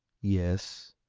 yes,